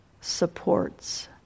supports